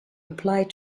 applied